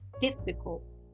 difficult